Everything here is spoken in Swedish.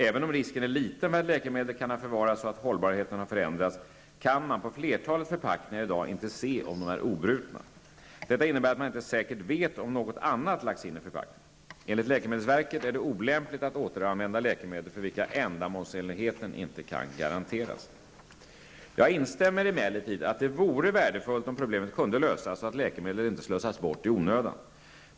Även om risken är liten för att läkemedlet kan ha förvarats så att hållbarheten har förändrats kan man på flertalet förpackningar i dag inte se om de är obrutna. Detta innebär att man inte säkert vet om något annat lagts in i förpackningen. Enligt läkemedelsverket är det olämpligt att återanvända läkemedel för vilka ändamålsenligheten inte kan garanteras. Jag instämmer emellertid i att det vore värdefullt om problemet kunde lösas så att läkemedel inte slösas bort i onödan.